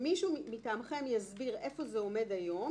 שמישהו מטעמכם יסביר איפה זה עומד היום,